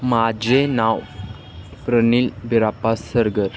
माझे नाव प्रणील बिराप्पा सरगर